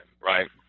right